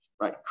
Right